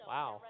Wow